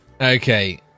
Okay